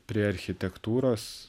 prie architektūros